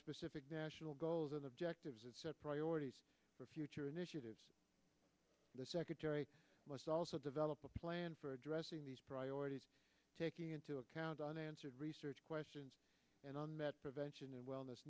specific national goals and objectives and set priorities for future initiatives the secretary must also develop a plan for addressing these priorities taking into account unanswered research questions and on that prevention and wellness